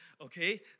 okay